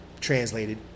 translated